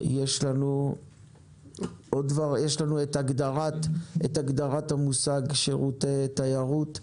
יש לנו הגדרת המושג "שירותי תיירות"